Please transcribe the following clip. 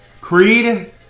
Creed